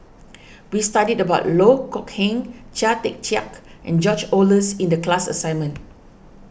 we studied about Loh Kok Heng Chia Tee Chiak and George Oehlers in the class assignment